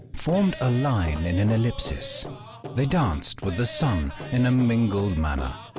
formed a line in an ellipsis they danced with the sun in a mingled manner,